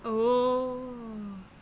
oo